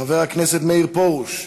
חבר הכנסת מאיר פרוש,